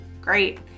great